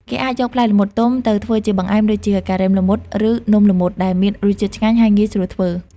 គេអាចយកផ្លែល្មុតទុំទៅធ្វើជាបង្អែមដូចជា ការ៉េមល្មុត ឬ នំល្មុត ដែលមានរសជាតិឆ្ងាញ់ ហើយងាយស្រួលធ្វើ។